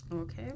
Okay